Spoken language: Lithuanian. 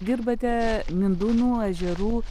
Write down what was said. dirbate mindūnų ežerų